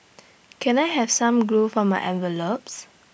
can I have some glue for my envelopes